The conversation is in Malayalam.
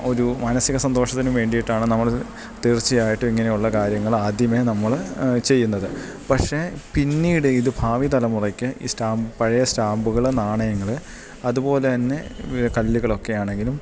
ഒരു മാനസിക സന്തോഷത്തിന് വേണ്ടിയിട്ടാണ് നമ്മൾ തീർച്ചയായിട്ടും ഇങ്ങനെയുള്ള കാര്യങ്ങൾ ആദ്യമേ നമ്മൾ ചെയ്യുന്നത് പക്ഷെ പിന്നീട് ഇത് ഭാവിതലമുറയ്ക്ക് ഈ സ്റ്റാമ്പ് പഴയ സ്റ്റാമ്പുകൾ നാണയങ്ങൾ അതുപോലെതന്നെ ഈ കല്ലുകളൊക്കെ ആണെങ്കിലും